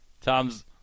Tom's